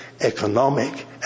economic